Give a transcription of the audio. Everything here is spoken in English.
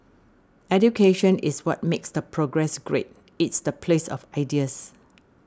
education is what makes the progress great it's the place of ideas